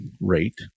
rate